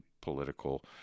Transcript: political